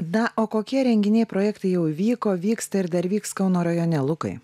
na o kokie renginiai projektai jau vyko vyksta ir dar vyks kauno rajone lukai